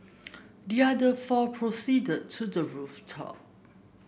the other four proceeded to the rooftop